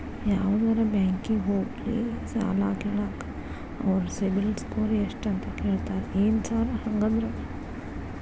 ಯಾವದರಾ ಬ್ಯಾಂಕಿಗೆ ಹೋಗ್ಲಿ ಸಾಲ ಕೇಳಾಕ ಅವ್ರ್ ಸಿಬಿಲ್ ಸ್ಕೋರ್ ಎಷ್ಟ ಅಂತಾ ಕೇಳ್ತಾರ ಏನ್ ಸಾರ್ ಹಂಗಂದ್ರ?